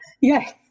yes